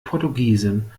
portugiesin